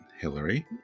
Hillary